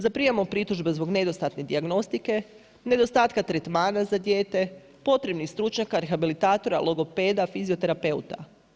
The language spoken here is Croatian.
Zaprimamo pritužbe zbog nedostatne dijagnostike, nedostatka tretmana za dijete, potrebnih stručnjaka rehabilitatora, logopeda, fizioterapeuta.